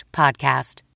podcast